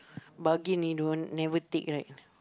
bargain already don't want never take right